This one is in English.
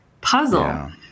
puzzle